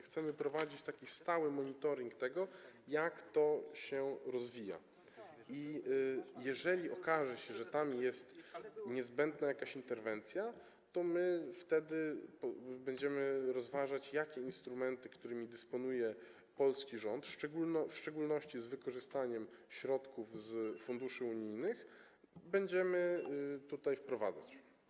Chcemy prowadzić stały monitoring tego, jak to się rozwija, i jeżeli okaże się, że tam jest niezbędna jakaś interwencja, to wtedy będziemy rozważać, jakie instrumenty, którymi dysponuje polski rząd, w szczególności z wykorzystaniem środków z funduszy unijnych, będziemy wprowadzać.